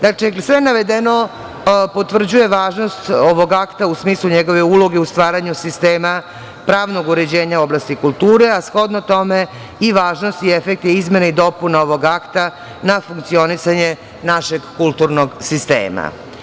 Dakle, sve navedeno potvrđuje važnost ovog akta u smislu njegove uloge u stvaranju sistema pravnog uređenja oblasti kulture, a shodno tome i važnost i efekti izmena i dopuna ovog akta na funkcionisanje našeg kulturnog sistema.